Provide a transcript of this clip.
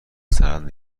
سند